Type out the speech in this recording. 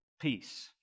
peace